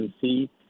see